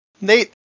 Nate